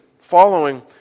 following